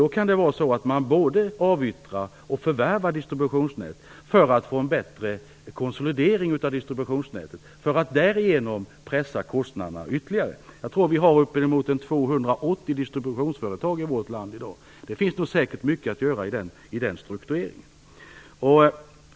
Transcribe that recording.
Det kan innebära att man såväl avyttrar som förvärvar distributionsnät för att få en bättre konsolidering av distributionsnätet. Därigenom kan kostnaderna pressas ytterligare. Jag tror att vi har uppemot 280 distributionsföretag i vårt land i dag. Det finns säkert mycket att göra i den struktureringen.